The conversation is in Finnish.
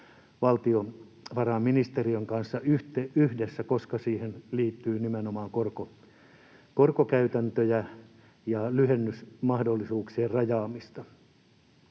valtiovarainministeriön kanssa yhdessä, koska siihen liittyy nimenomaan korkokäytäntöjä ja lyhennysmahdollisuuksien rajaamista.